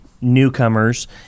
newcomers